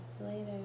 later